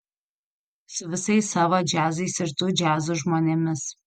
su visais savo džiazais ir tų džiazų žmonėmis